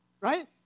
right